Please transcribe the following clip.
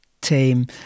team